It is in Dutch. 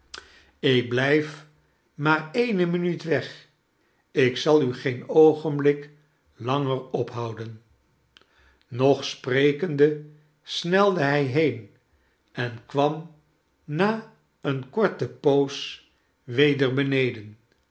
ik blijf maar eene minuut weg ik zal u geen oogenblik langer ophouden nog sprekende snelde hij heen en kwam na eene korte poos weder beneden